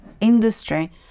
industry